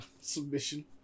submission